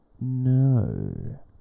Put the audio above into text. No